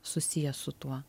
susiję su tuo